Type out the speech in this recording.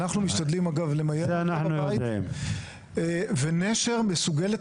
אנחנו משתדלים אגב למיין אותה בבית ונשר מסוגלת